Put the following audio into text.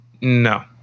No